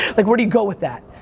like, where do you go with that?